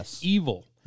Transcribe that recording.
evil